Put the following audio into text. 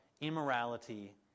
Immorality